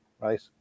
right